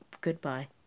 Goodbye